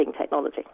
technology